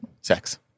Sex